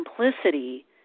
simplicity